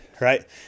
right